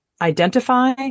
identify